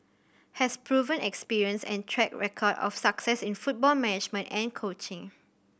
has proven experience and track record of success in football management and coaching